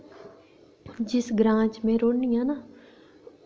जिस ग्रांऽ च में रौह्न्नी आं ना